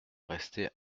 rester